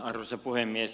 arvoisa puhemies